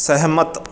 ਸਹਿਮਤ